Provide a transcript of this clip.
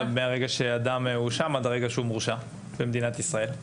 מהרגע שאדם הואשם עד הרגע שהוא מורשע במדינת ישראל?